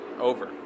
Over